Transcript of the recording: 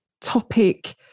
topic